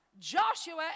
Joshua